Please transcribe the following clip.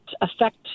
affect